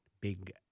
big